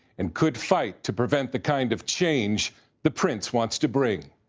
and could fight to prevent the kind of change the prince wants to bring.